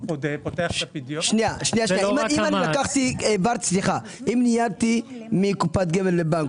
הוא פותח את הפדיון --- אם ניידתי מקופת גמל לבנק,